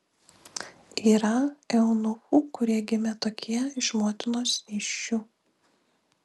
yra eunuchų kurie gimė tokie iš motinos įsčių